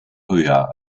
höher